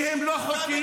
שהם לא חוקיים,